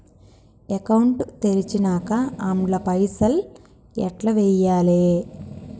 Account తెరిచినాక అండ్ల పైసల్ ఎట్ల వేయాలే?